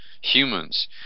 humans